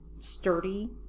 sturdy